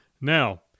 Now